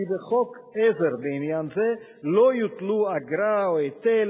כי בחוק עזר בעניין זה לא יוטלו אגרה או היטל